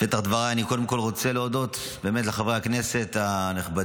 בפתח דבריי אני קודם כול רוצה להודות באמת לחברי הכנסת הנכבדים,